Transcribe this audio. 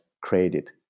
created